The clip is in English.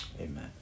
amen